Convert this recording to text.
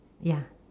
ya